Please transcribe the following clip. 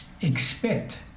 expect